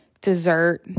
dessert